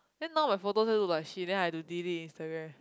then now my photos there look like shit then I have to delete Instagram